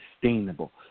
sustainable